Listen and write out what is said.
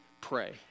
pray